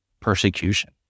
persecution